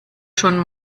schon